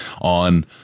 on